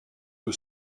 que